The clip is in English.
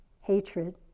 hatred